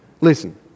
Listen